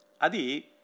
Adi